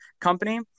company